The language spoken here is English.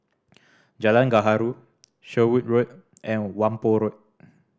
Jalan Gaharu Sherwood Road and Whampoa Road